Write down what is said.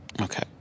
Okay